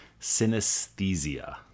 synesthesia